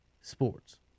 sports